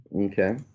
Okay